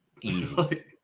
Easy